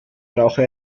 brauche